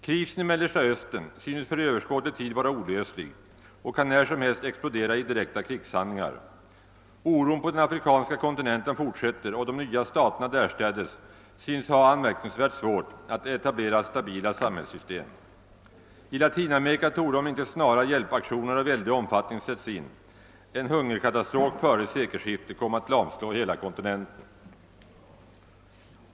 Krisen i Mellersta Östern synes för överskådlig tid vara olöslig och kan när som helst explodera i direkta krigshandlingar. Oron på den afrikanska kontinenten fortsätter och de nya staterna därstädes synes ha anmärkningsvärt svårt att etablera stabila samhällssystem. I Latinamerika torde om icke snara hjälpaktioner av väldig omfattning sätts in en hungerkatastrof före sekelskiftet komma att lamslå hela kontinenten.